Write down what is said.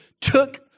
took